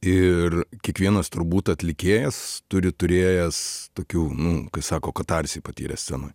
ir kiekvienas turbūt atlikėjas turi turėjęs tokių nu sako katarsį patyrę scenoj